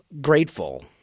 grateful